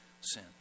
sin